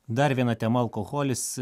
dar viena tema alkoholis